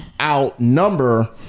Outnumber